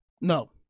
No